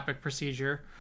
procedure